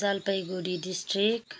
Jalpaiguri district